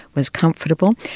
was comfortable.